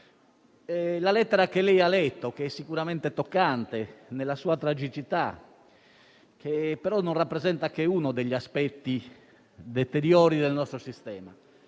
La lettera che lei ha letto, sicuramente toccante nella sua tragicità, non rappresenta che uno degli aspetti deteriori del nostro sistema.